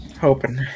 Hoping